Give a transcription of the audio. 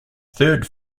third